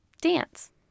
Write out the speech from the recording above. dance